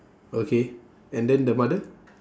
okay and then the mother